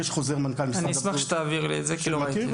אשמח שתעביר לי את זה כי לא ראיתי.